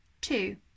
Two